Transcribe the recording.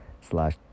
slash